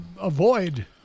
avoid